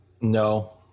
No